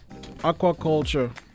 Aquaculture